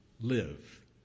live